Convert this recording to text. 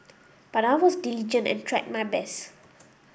but I was diligent and tried my best